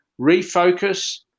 refocus